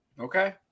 Okay